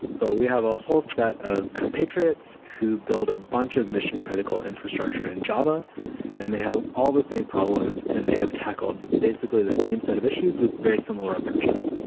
but we have a whole set of compatriots who build a bunch of mission-critical infrastructure in java and they have all the same problems and they have tackled basically the same set of issues with very similar approaches.